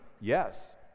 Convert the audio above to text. yes